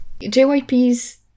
JYP's